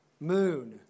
moon